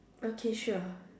okay sure